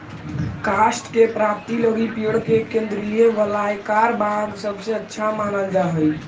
काष्ठ के प्राप्ति लगी पेड़ के केन्द्रीय वलयाकार भाग सबसे अच्छा मानल जा हई